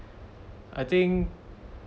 I think